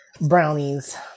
brownies